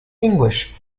english